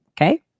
okay